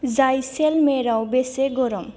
जाइसेलमेराव बेसे गरम